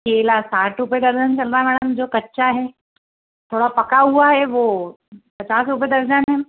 केला साठ रुपए दर्जन चल रहा है मैडम जो कच्चा है थोड़ा पका हुआ है वो पचास रुपये दर्जन है मैम